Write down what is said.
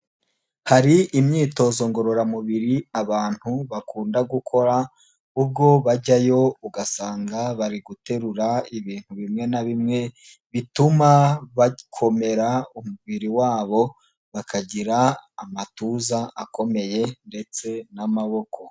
Hari imyitozo ngororamubiri abantu bakunda gukora, ubwo bajyayo ugasanga bari guterura ibintu bimwe na bimwe, bituma bakomera umubiri wabo bakagira amatuza akomeye ndetse n'amaboko.